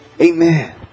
Amen